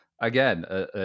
Again